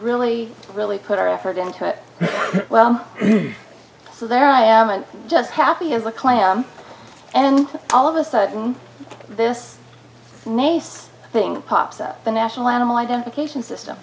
really really put our effort into it well so there i am just happy as a clam and all of a sudden this mace thing pops up the national animal identification system